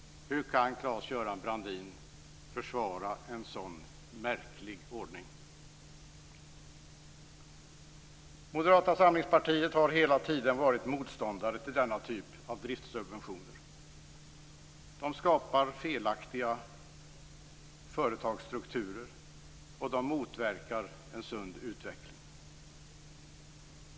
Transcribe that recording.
Hur kan Claes-Göran Brandin försvara en sådan märklig ordning? Moderata samlingspartiet har hela tiden varit motståndare till denna typ av driftssubventioner. De skapar felaktiga företagsstrukturer och de motverkar en sund utveckling.